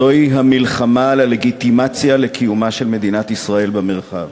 זוהי המלחמה על הלגיטימציה לקיומה של מדינת ישראל במרחב.